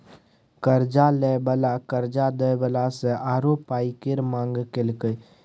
कर्जा लय बला कर्जा दय बला सँ आरो पाइ केर मांग केलकै